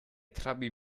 trabi